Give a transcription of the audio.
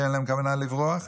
שאין להם הכוונה לברוח,